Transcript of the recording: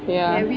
ya